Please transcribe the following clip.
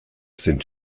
sind